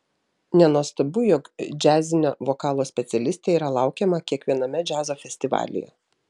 nenuostabu jog džiazinio vokalo specialistė yra laukiama kiekviename džiazo festivalyje